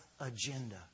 agenda